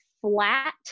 flat